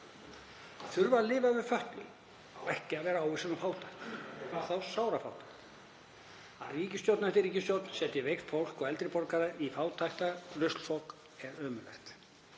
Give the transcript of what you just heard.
þurfa að lifa við fötlun á ekki að vera ávísun á fátækt, hvað þá sárafátækt. Að ríkisstjórn eftir ríkisstjórn setji veikt fólk og eldri borgara í fátæktarruslflokk er ömurlegt.